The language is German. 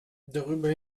darüber